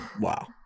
Wow